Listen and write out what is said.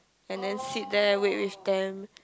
and then sit there wait with them